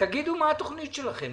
תגידו מה התוכנית שלכם?